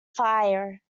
fire